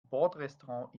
bordrestaurant